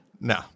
No